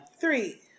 Three